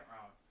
round